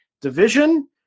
division